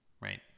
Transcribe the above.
right